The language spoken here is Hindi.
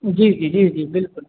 जी जी जी जी बिल्कुल